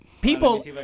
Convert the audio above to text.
people